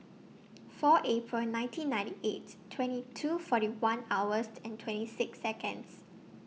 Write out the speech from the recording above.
four April nineteen ninety eight twenty two forty one hours and twenty six Seconds